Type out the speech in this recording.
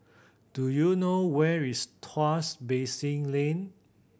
do you know where is Tuas Basin Lane